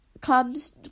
comes